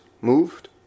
moved